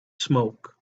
smoke